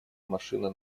машина